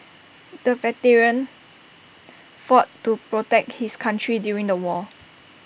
the veteran fought to protect his country during the war